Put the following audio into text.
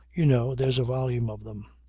you know there's a volume of them.